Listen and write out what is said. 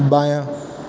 بایاں